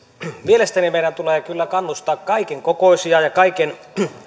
mielestäni meidän tulee kyllä kannustaa kaiken kokoisia ja kaikkien